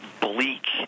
bleak